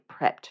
prepped